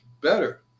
better